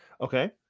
okay